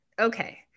Okay